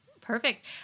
Perfect